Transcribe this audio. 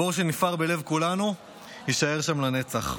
הבור שנפער בלב כולנו יישאר שם לנצח.